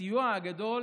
הסיוע הגדול